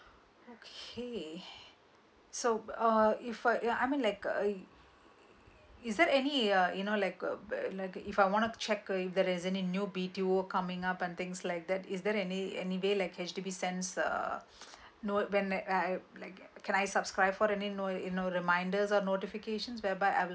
okay so uh if uh ya I mean like I is there any uh you know like uh like if I want to check uh if there's any new B_T_O coming up and things like that is there any any way like actually sense uh you know when like I like can I subscribe for the name no if no reminders a notifications whereby I will